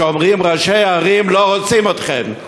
שאומרים: ראשי הערים לא רוצים אתכם.